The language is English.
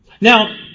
Now